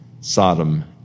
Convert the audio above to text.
Sodom